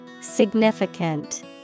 Significant